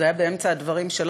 זה היה באמצע הדברים שלך,